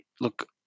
look